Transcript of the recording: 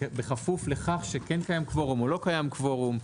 בכפוף לכך שקיים קוורום או לא קיים קוורום.